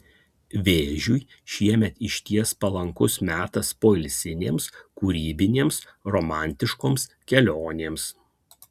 vėžiui šiemet išties palankus metas poilsinėms kūrybinėms romantiškoms kelionėms